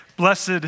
Blessed